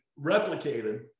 replicated